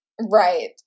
Right